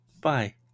Bye